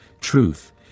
truth